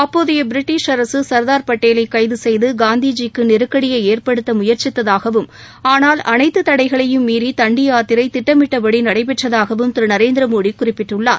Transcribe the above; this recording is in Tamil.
அப்போதைய பிரிட்டிஷ் அரசு சர்தார் பட்டேலை கைது செய்து காந்திஜிக்கு நெருக்கடியை ஏற்படுத்த முயற்சித்தாகவும் ஆனால் அனைத்து தடைகளையும் மீறி தண்டி யாத்திரை திட்டமிட்டபடி நடைபெற்றதாகவும் திரு நரேந்திர மோடி குறிப்பிட்டுள்ளார்